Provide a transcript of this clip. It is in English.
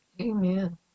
Amen